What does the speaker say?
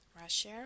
Russia